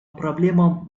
проблемам